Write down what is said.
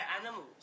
animals